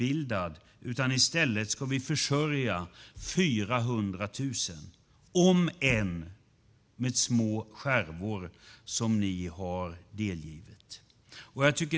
I stället ska vi försörja 400 000 personer - om än med de små skärvor som ni har givit.